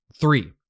Three